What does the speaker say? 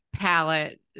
palette